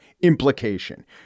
implication